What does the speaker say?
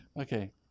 Okay